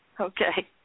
Okay